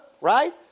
right